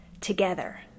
together